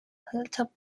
hilltop